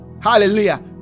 hallelujah